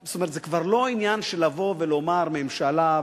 זה כבר לא עניין של לבוא ולומר: הממשלה,